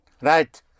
Right